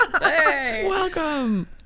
Welcome